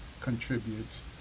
contributes